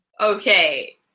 Okay